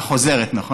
החוזרת, נכון.